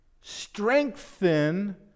Strengthen